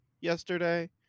yesterday